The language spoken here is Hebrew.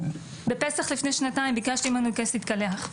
בפסח לפני שנתיים ביקשתי ממנו להיכנס להתקלח,